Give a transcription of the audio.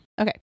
okay